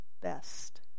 best